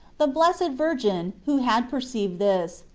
the blessed virgin, who had perceived this,